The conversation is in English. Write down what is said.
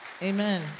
Amen